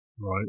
right